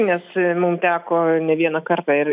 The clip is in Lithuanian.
nes mum teko ne vieną kartą ir